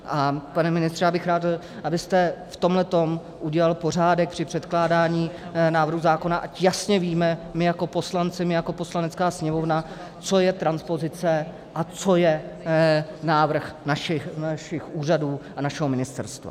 A pane ministře, já bych rád, abyste v tomhle tom udělal pořádek při předkládání návrhů zákona, ať jasně víme my jako poslanci, my jako Poslanecká sněmovna, co je transpozice a co je návrh našich úřadů a našeho ministerstva.